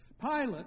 Pilate